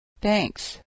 Thanks